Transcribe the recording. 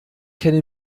kenne